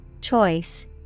Choice